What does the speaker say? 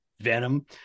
venom